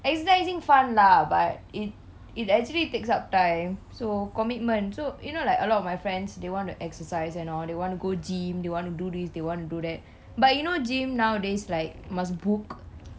exercising fun lah but it it actually takes up time so commitment so you know like a lot of my friends they want to exercise and all they want to go gym they want to do this they want to do that but you know gym nowadays like must book